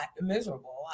miserable